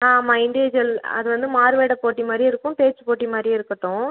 ஆமாம் இண்டிஜுவல் அது வந்து மாறுவேட போட்டி மாதிரியும் இருக்கும் பேச்சுப் போட்டி மாதிரியும் இருக்கட்டும்